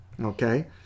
okay